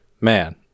Man